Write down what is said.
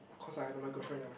cause I am my girlfriend ah